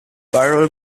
battle